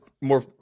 more